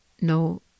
No